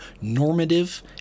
normative